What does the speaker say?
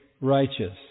righteous